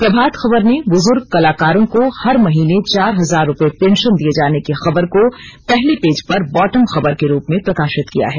प्रभात खबर ने बुजूर्ग कलाकारों को हर महीने चार हजार रूपये पेन्शन दिए जाने की खबर को पहले पेज पर बॉटम खबर के रूप में प्रकाशित किया है